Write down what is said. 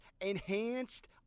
enhanced